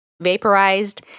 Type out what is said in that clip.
vaporized